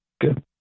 Good